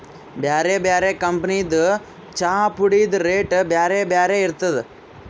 ಬ್ಯಾರೆ ಬ್ಯಾರೆ ಕಂಪನಿದ್ ಚಾಪುಡಿದ್ ರೇಟ್ ಬ್ಯಾರೆ ಬ್ಯಾರೆ ಇರ್ತದ್